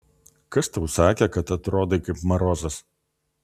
kas tau sakė kad atrodai kaip marozas